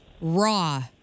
Raw